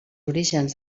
orígens